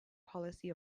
policy